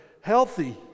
healthy